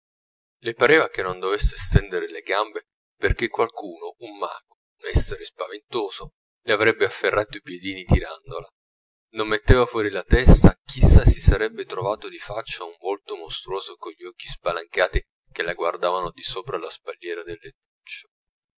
le pareva che non dovesse stendere le gambe perchè qualcuno un mago un essere spaventoso le avrebbe afferrato i piedini tirandola non metteva fuori la testa chissà si sarebbe trovato di faccia un volto mostruoso con gli occhi spalancati che la guardavano di sopra alla spalliera del